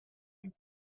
can